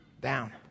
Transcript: down